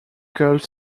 gulf